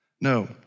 No